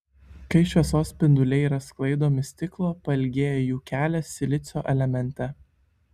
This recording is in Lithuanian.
kai šviesos spinduliai yra sklaidomi stiklo pailgėja jų kelias silicio elemente